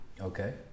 okay